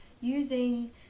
using